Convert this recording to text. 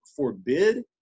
forbid